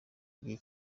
gihe